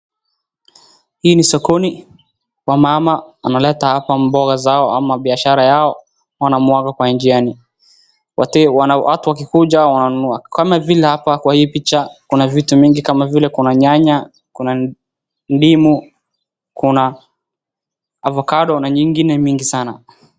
Hii ni sokoni wamama wameleta hapa mboga zao au biashara yao wana mwaga kwa njiani watu wakikuja wananunua kama vile kwa hii picha kuna vitu mingi kuna vile nyanya, kuna ndimu ,kuna ovacado na nyingine mingi sana.